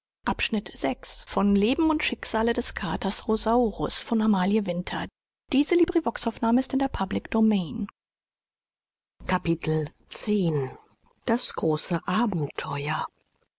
und schicksale des katers rosaurus by